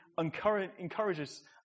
encourages